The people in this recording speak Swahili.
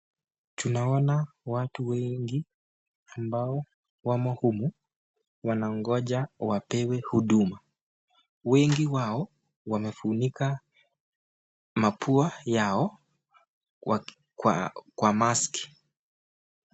Tunaona watu wengi ambao wamo humu wanangoja wapewe huduma. Wengi wao wamefunika mapua yao kwa kwa maski.